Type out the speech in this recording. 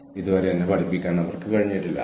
പക്ഷേ ഇത് എനിക്ക് നന്നായി അറിയാവുന്ന കാര്യമാണ്